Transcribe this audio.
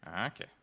Okay